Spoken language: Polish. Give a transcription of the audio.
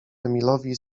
emilowi